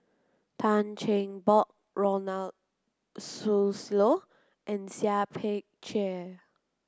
Tan Cheng Bock Ronald Susilo and Seah Peck Ceah